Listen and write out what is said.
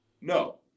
No